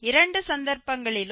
இரண்டு சந்தர்ப்பங்களிலும்